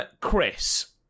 Chris